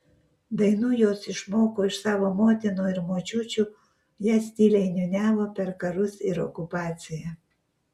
dainų jos išmoko iš savo motinų ir močiučių jas tyliai niūniavo per karus ir okupaciją